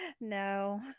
no